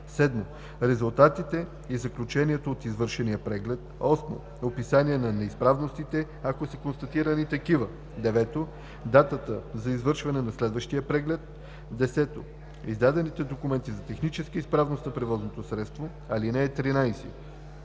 7. резултатите и заключението от извършения преглед; 8. описание на неизправностите, ако са констатирани такива; 9. датата за извършване на следващия преглед; 10. издадените документи за техническа изправност на превозните средство. (13)